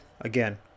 Again